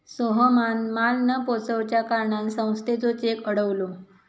सोहमान माल न पोचवच्या कारणान संस्थेचो चेक अडवलो